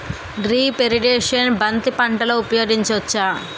Drip irrigation బంతి పంటలో ఊపయోగించచ్చ?